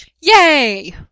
Yay